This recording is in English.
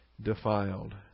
defiled